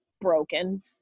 broken